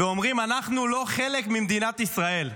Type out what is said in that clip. אומרים: אנחנו לא חלק ממדינת ישראל.